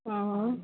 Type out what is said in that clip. हाँ हाँ